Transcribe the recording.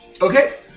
Okay